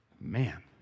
Man